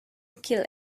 kill